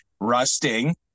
rusting